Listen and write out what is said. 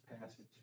passage